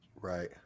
Right